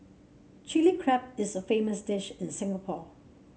Chilli Crab is a famous dish in Singapore